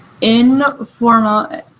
informal